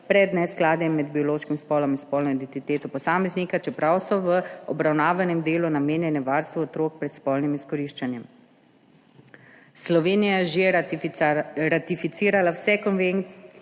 pred neskladjem med biološkim spolom in spolno identiteto posameznika, čeprav so v obravnavanem delu namenjene varstvu otrok pred spolnim izkoriščanjem. Slovenija je že ratificirala vse konvencije,